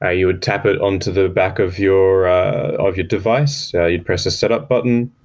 ah you would tap it on to the back of your of your device. yeah you'd press a set up button,